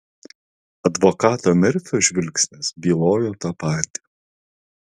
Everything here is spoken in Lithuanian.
advokato merfio žvilgsnis bylojo tą patį